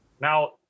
now